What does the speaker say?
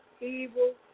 evil